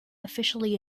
officially